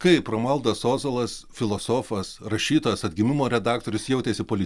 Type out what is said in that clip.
kaip romualdas ozolas filosofas rašytojas atgimimo redaktorius jautėsi poli